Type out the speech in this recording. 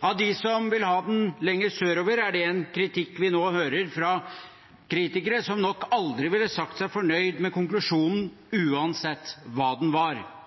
Det er en kritikk vi nå hører fra kritikere som vil ha den lenger sørover, som nok aldri ville sagt seg fornøyd med konklusjonen uansett hva den var.